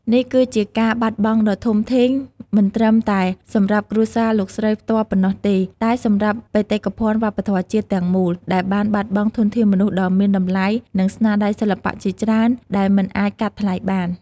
នេះគឺជាការបាត់បង់ដ៏ធំធេងមិនត្រឹមតែសម្រាប់គ្រួសារលោកស្រីផ្ទាល់ប៉ុណ្ណោះទេ តែសម្រាប់ បេតិកភណ្ឌវប្បធម៌ជាតិ ទាំងមូល ដែលបានបាត់បង់ធនធានមនុស្សដ៏មានតម្លៃ និងស្នាដៃសិល្បៈជាច្រើនដែលមិនអាចកាត់ថ្លៃបាន។